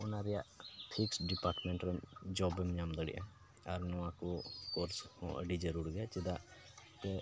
ᱚᱱᱟ ᱨᱮᱭᱟᱜ fixed department ᱨᱮ ᱡᱚᱵᱽ ᱮᱢ ᱧᱟᱢ ᱫᱟᱲᱮᱭᱟᱜᱼᱟ ᱟᱨ ᱱᱚᱣᱟ ᱠᱚ ᱠᱳᱨᱥ ᱦᱚᱸ ᱟᱹᱰᱤ ᱡᱟᱹᱨᱩᱲ ᱜᱮᱭᱟ ᱪᱮᱫᱟᱜ ᱛᱮ